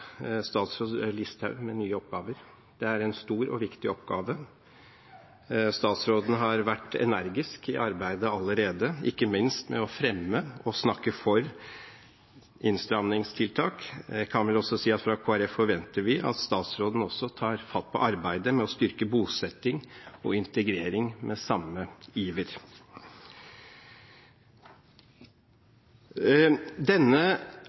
statsråd Listhaug med nye oppgaver. Det er en stor og viktig oppgave. Statsråden har vært energisk i arbeidet allerede – ikke minst med å fremme og snakke for innstramningstiltak. Jeg kan vel også si at vi i Kristelig Folkeparti forventer at statsråden også tar fatt på arbeidet med å styrke bosetting og integrering med samme iver. Denne